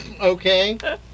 okay